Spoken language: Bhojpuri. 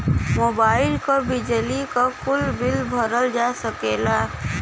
मोबाइल क, बिजली क, कुल बिल भरल जा सकला